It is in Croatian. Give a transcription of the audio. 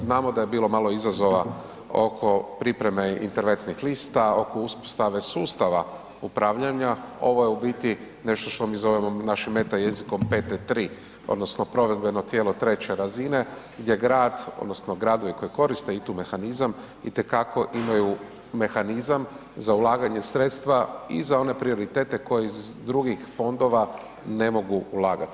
Znamo da je bilo malo izazova oko pripreme interventnih lista, oko uspostave sustava upravljanja, ovo je u biti nešto što mi zovemo naši meta jezikom, PT3, odnosno provedbeno tijelo 3. razine, gdje grad odnosno gradovi koji koriste ITU mehanizam itekako imaju mehanizam za ulaganje sredstva i za one prioritete koje iz drugih fondova ne mogu ulagati.